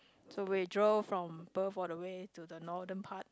so we drove from Perth all the way to the northern part